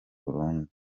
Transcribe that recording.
burundi